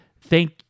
thank